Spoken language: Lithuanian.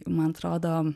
man atrodo